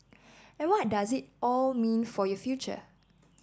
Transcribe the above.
and what does it all mean for your future